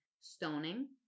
stoning